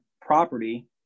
property